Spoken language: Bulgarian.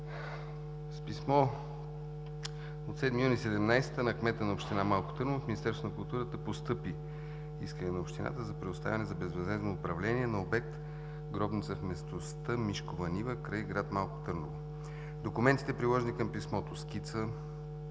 С писмо от 7 юни 2017 г. на кмета на община Малко Търново в Министерството на културата постъпи искане на общината за предоставяне за безвъзмездно управление на обект „Гробница“ в местността „Мишкова нива“ край град Малко Търново. Документите, приложени към писмото – скица